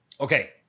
Okay